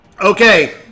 okay